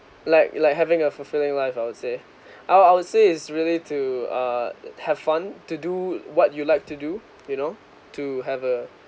like like having a fulfilling life I would say I would I would say is really to uh have fun to do what you like to do you know to have a